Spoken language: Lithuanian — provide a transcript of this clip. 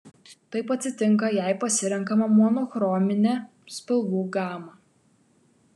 taip atsitinka jei pasirenkama monochrominė spalvų gama